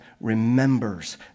remembers